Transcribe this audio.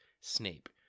Snape